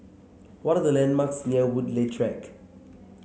what are the landmarks near Woodleigh Track